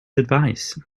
advice